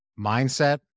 mindset